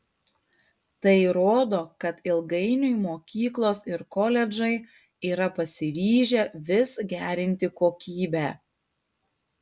tai rodo kad ilgainiui mokyklos ir koledžai yra pasiryžę vis gerinti kokybę